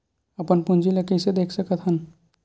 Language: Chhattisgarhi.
अपन पूंजी ला कइसे देख सकत हन?